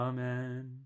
Amen